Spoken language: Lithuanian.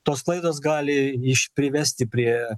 tos klaidos gali iš privesti prie